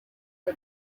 for